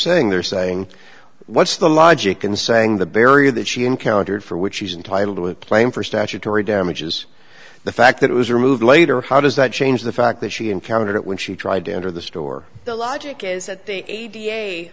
saying they're saying what's the logic in saying the barrier that she encountered for which he's entitled to a plane for statutory damages the fact that it was removed later how does that change the fact that she encountered it when she tried to enter the store the logic is at the